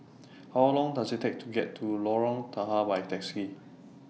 How Long Does IT Take to get to Lorong Tahar By Taxi